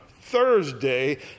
Thursday